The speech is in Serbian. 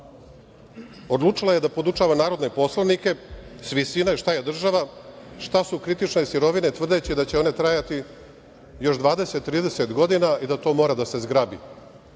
odlučila je da podučava narodne poslanike, sa visine, šta je država, šta su kritične sirovine tvrdeći da će one trajati još 20,30 godina i da to mora da se